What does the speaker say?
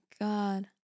God